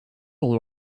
all